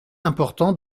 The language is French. important